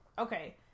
okay